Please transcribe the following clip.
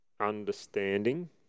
understanding